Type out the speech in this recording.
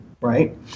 right